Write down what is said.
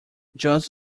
just